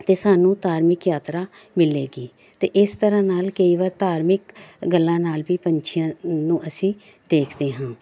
ਅਤੇ ਸਾਨੂੰ ਧਾਰਮਿਕ ਯਾਤਰਾ ਮਿਲੇਗੀ ਅਤੇ ਇਸ ਤਰ੍ਹਾਂ ਨਾਲ ਕਈ ਵਾਰ ਧਾਰਮਿਕ ਗੱਲਾਂ ਨਾਲ ਵੀ ਪੰਛੀਆਂ ਨੂੰ ਅਸੀਂ ਦੇਖਦੇ ਹਾਂ